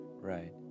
Right